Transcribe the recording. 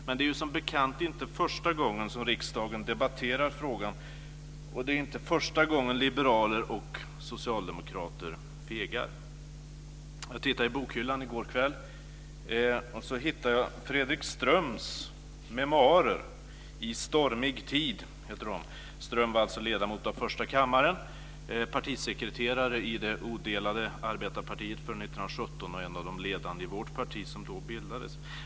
Men det är ju som bekant inte första gången som riksdagen debatterar frågan. Och det är inte första gången som liberaler och socialdemokrater fegar. Jag tittade i bokhyllan i går kväll och hittade Fredrik Ströms memoarer I stormig tid. Ström var ledamot av första kammaren, partisekreterare i det odelade arbetarpartiet före 1917 och en av de ledande i vårt parti som då bildades.